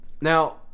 now